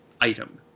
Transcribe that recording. item